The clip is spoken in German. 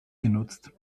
genutzt